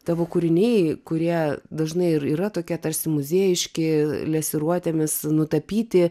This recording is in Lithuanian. tavo kūriniai kurie dažnai ir yra tokie tarsi muziejiški lesiruotėmis nutapyti